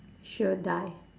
sure die